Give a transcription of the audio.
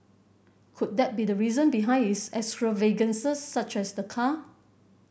could that be the reason behind his extravagances such as the car